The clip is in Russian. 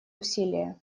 усилия